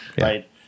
right